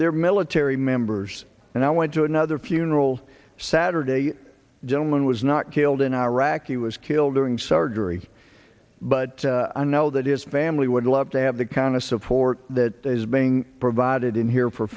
their military members and i went to another funeral saturday a gentleman was not killed in iraq he was killed during surgery but i know that his family would love to have the kind of support that is being provided in here for